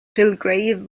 belgrave